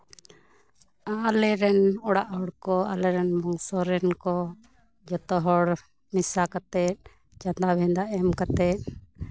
ᱟᱞᱮ ᱨᱮᱱ ᱚᱲᱟᱜ ᱦᱚᱲ ᱠᱚ ᱟᱞᱮᱨᱮᱱ ᱵᱚᱝᱥᱚ ᱨᱮᱱ ᱠᱚ ᱡᱷᱚᱛᱚ ᱦᱚᱲ ᱢᱮᱥᱟ ᱠᱟᱛᱮᱜ ᱪᱟᱱᱫᱟ ᱵᱷᱮᱫᱟ ᱮᱢ ᱠᱟᱛᱮᱜ